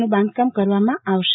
નું બાંધકામ કરવામાં આવશે